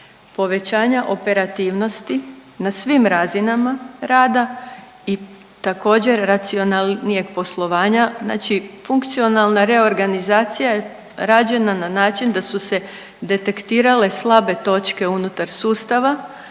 povećanja operativnosti na svim razinama rada i također racionalnijeg poslovanja. Znači funkcionalna reorganizacija je rađena na način da su se detektirale slabe točke unutar sustava,